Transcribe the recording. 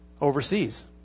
overseas